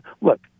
Look